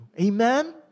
Amen